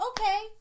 okay